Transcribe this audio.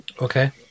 Okay